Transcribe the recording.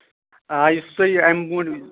آ یُس تۄہہِ یہِ اَمہِ موٗجوٗب